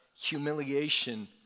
humiliation